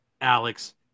Alex